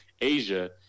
asia